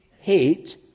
hate